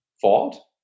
fault